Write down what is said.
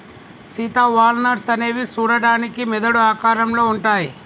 Sita walnuts అనేవి సూడడానికి మెదడు ఆకారంలో ఉంటాయి